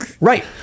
Right